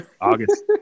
August